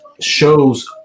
shows